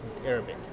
Arabic